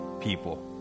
people